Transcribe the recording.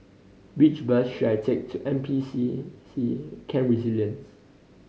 which bus should I take to N P C C Camp Resilience